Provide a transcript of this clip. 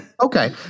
Okay